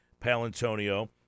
Palantonio